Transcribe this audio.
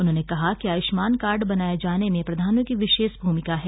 उन्होंने कहा कि आयुष्मान कार्ड बनाये जाने में प्रधानों की विशेष भूमिका है